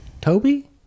Toby